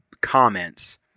comments